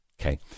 Okay